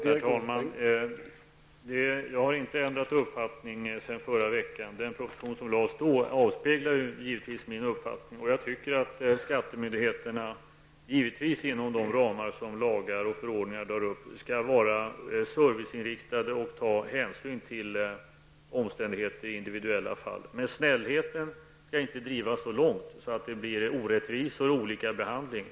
Herr talman! Jag har inte ändrat uppfattning sedan förra veckan. Den proposition som då lades fram avspeglar givetvis min uppfattning. Jag tycker att skattemyndigheterna, givetvis inom de ramar som dras upp genom lagar och förordningar, skall vara serviceinriktade och ta hänsyn till omständigheter i individuella fall. Men snällheten skall inte drivas så långt att det blir orättvisor och olika behandling.